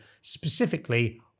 specifically